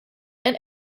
and